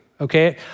okay